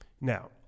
Now